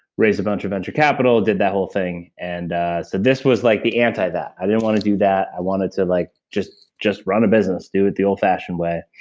raised a bunch of venture capital, did that whole thing and so this was like the anti-that. i didn't want to do that. i wanted to like just just run a business. do it the old fashioned way.